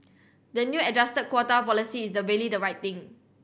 the new adjusted quota policy is the really the right thing